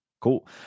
Cool